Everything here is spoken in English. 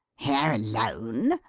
here alone?